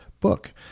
book